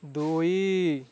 ଦୁଇ